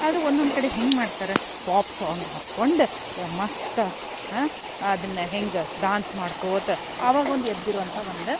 ಆದರೆ ಒನ್ನೊಂದು ಕಡೆ ಹೆಂಗೆ ಮಾಡ್ತರ ಪಾಪ ಸಾಂಗ್ ಹಾಕ್ಕೊಂಡು ಯ ಮಸ್ತ ಅದನ್ನ ಹೆಂಗೆ ಡಾನ್ಸ್ ಮಾಡ್ಕೋತ ಆವಾಗ ಒಂದು ಎದ್ದಿರುವಂಥಾ ಒಂದು